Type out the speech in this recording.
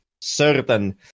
certain